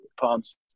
pumps